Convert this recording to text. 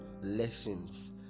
lessons